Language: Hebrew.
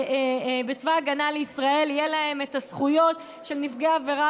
הגנה לישראל יהיו הזכויות של נפגעי עבירה,